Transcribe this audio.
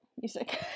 music